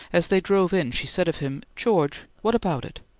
as they drove in she said of him george, what about it?